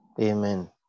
Amen